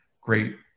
great